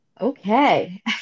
Okay